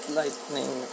lightning